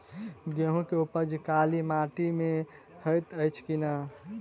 गेंहूँ केँ उपज काली माटि मे हएत अछि की नै?